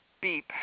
beep